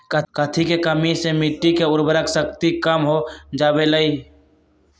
कथी के कमी से मिट्टी के उर्वरक शक्ति कम हो जावेलाई?